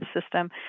system